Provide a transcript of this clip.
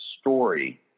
story